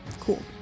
Cool